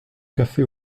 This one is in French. café